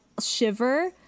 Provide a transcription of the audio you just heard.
shiver